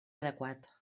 adequat